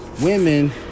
Women